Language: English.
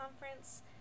conference